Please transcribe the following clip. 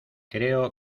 creo